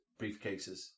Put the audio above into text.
briefcases